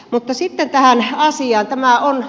mutta sitten tähän asiaan